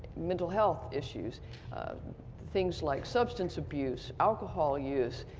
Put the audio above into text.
mental health issues things like substance abuse, alcohol use,